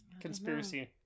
Conspiracy